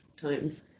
times